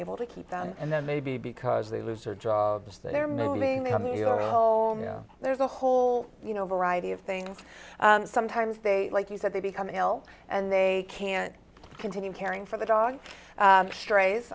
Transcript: able to keep them and then maybe because they lose their jobs they're moving them you know there's a whole variety of things sometimes they like you said they become ill and they can't continue caring for the dog strays